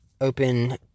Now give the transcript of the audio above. open